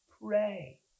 pray